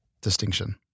distinction